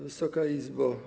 Wysoka Izbo!